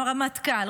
הרמטכ"ל,